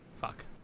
Fuck